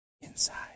inside